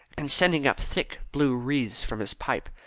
and sending up thick blue wreaths from his pipe.